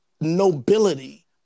nobility